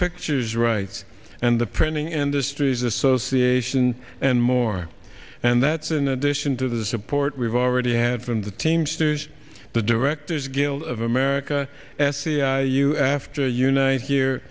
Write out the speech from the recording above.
pictures rights and the printing industries association and more and that's in addition to the support we've already had from the teamsters the directors guild of america se you after united here